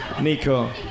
Nico